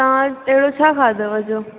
तव्हां अहिड़ो छा खाधव जो